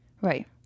right